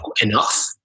enough